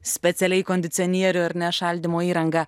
specialiai kondicionierių ar ne šaldymo įrangą